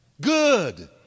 Good